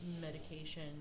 medication